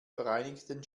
vereinigten